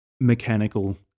mechanical